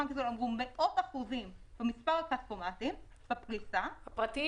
של מאות אחוזים, במספר הכספומטים --- הפרטיים.